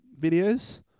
videos